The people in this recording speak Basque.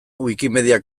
wikimedia